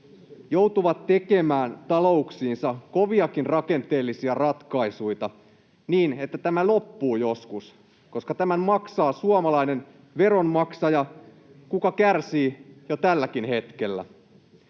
joutuvat tekemään talouksiinsa koviakin rakenteellisia ratkaisuja, niin että tämä loppuu joskus? Tämän maksaa suomalainen veronmaksaja, joka kärsii jo tälläkin hetkellä.